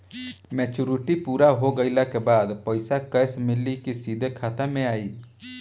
Maturity पूरा हो गइला के बाद पईसा कैश मिली की सीधे खाता में आई?